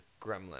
gremlin